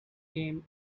game